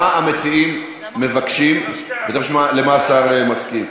מה המציעים מבקשים, ותכף נשמע למה השר מסכים.